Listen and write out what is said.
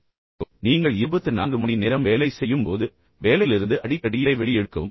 E பின்னர் நீங்கள் இருபத்து நான்கு மணி நேரம் வேலை செய்யும் போது உங்கள் வேலையிலிருந்து அடிக்கடி இடைவெளி எடுக்க வேண்டும்